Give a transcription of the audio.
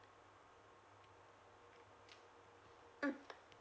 mm